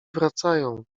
wracają